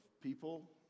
people